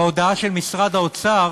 בהודעה של משרד האוצר